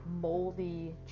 moldy